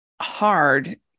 hard